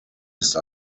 ist